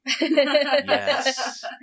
Yes